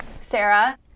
Sarah